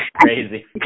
Crazy